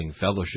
fellowship